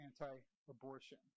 anti-abortion